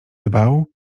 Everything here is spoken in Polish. dbał